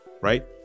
right